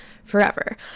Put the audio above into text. forever